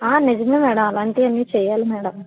నిజమే మ్యాడమ్ అలాంటివి అన్నీ చేయాలి మ్యాడమ్